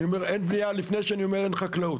אני אומר אין בנייה לפני שאני אומר שאין חקלאות.